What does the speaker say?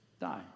Die